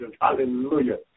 Hallelujah